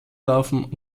laufen